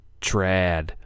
Trad